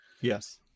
yes